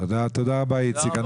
תודה רבה, איציק.